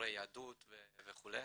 בירורי יהדות וכולי,